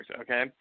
okay